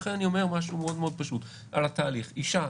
לכן אני אומר משהו מאוד מאוד פשוט על התהליך, אישה